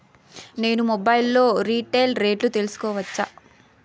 నేను మొబైల్ లో రీటైల్ రేట్లు తెలుసుకోవచ్చా?